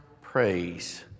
praise